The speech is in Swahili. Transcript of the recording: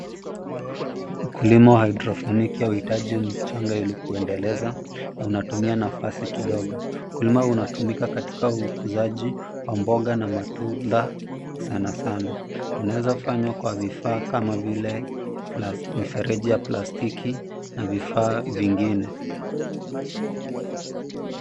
Ukulima wa haidrofoniki haihitaji mchanga ili kuendeleza na unatumia nafasi kidogo. Ukulima unatumika katika ukuzaji wa mboga na matunda sanasana. Unaeza fanywa kwa vifaa kama vile mifereji ya plastiki na vifaa vingine.